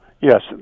Yes